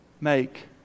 make